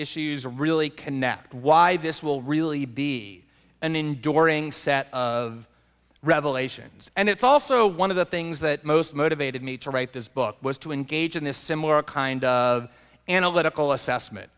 issues really connect why this will really be an enduring set of revelations and it's also one of the things that most motivated me to write this book was to engage in this similar kind of analytical assessment